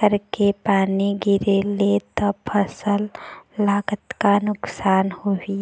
करके पानी गिरे ले त फसल ला कतका नुकसान होही?